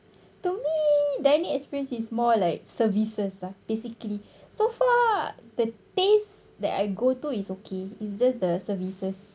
to me dining experience is more like services lah basically so far the tastes that I go to is okay it's just the services